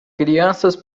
crianças